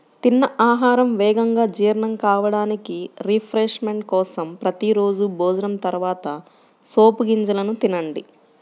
తిన్న ఆహారం వేగంగా జీర్ణం కావడానికి, రిఫ్రెష్మెంట్ కోసం ప్రతి రోజూ భోజనం తర్వాత సోపు గింజలను తినండి